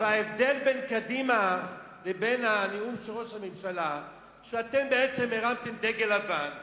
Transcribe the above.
ההבדל בין קדימה לנאום של ראש הממשלה הוא שאתם בעצם הרמתם דגל לבן,